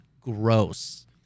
gross